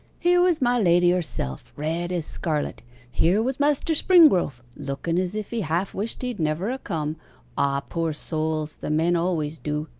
here was my lady herself red as scarlet here was master springrove, looken as if he half wished he'd never a-come ah, poor souls the men always do!